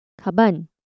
Kaban